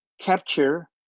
capture